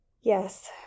Yes